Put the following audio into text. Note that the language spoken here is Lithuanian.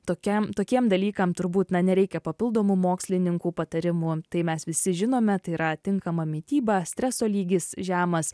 tokia tokiem dalykam turbūt na nereikia papildomų mokslininkų patarimų tai mes visi žinome tai yra tinkama mityba streso lygis žemas